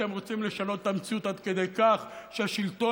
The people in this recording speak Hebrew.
אתם רוצים לשנות את המציאות עד כדי כך שהשלטון